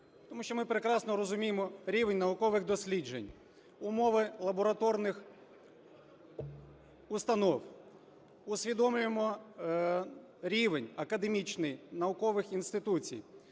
тому що ми прекрасно розуміємо рівень наукових досліджень, умови лабораторних установ, усвідомлюємо рівень академічний наукових інституцій.